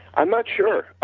i'm not sure.